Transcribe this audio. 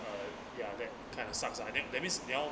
uh ya that kinda sucks ah then that means 你要